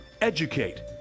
educate